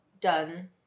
done